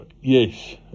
yes